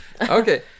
Okay